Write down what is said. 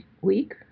week